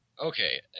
Okay